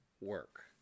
work